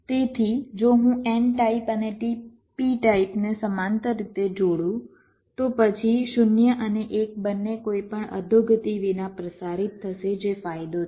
તેથી જો હું n ટાઇપ અને p ટાઇપને સમાંતર રીતે જોડું તો પછી 0 અને 1 બંને કોઈપણ અધોગતિ વિના પ્રસારિત થશે જે ફાયદો છે